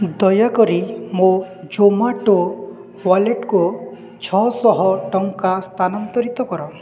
ଦୟାକରି ମୋ ଜୋମାଟୋ ୱାଲେଟ୍କୁ ଛଅ ଶହ ଟଙ୍କା ସ୍ଥାନାନ୍ତରିତ କର